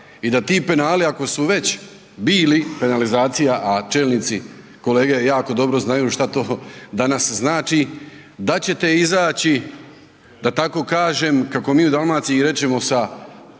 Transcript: i da ti penali, ako su već bili, penalizacija, a čelnici, kolege jako dobro znaju što to danas znači, da ćete izaći, da tako kažem, kako mi u Dalmaciji rečemo, sa